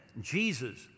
Jesus